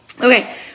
Okay